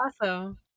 awesome